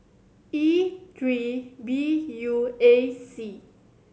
E three B U A C